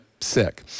sick